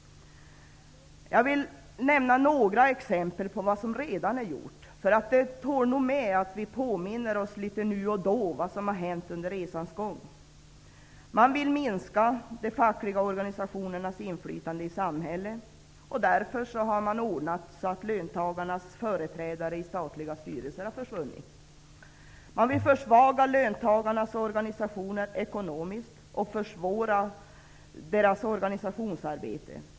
Jag vill ge några exempel på vad som redan har gjorts. Det tål nog vid att vi litet nu och då påminner oss vad som har hänt under resans gång. Sålunda vill man minska de fackliga organisationernas inflytande i samhället. Därför har man ordnat så att löntagarnas företrädare i statliga styrelser har försvunnit. Man vill försvaga löntagarnas organisationer ekonomiskt och försvåra deras organisationsarbete.